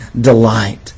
delight